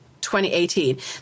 2018